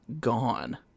gone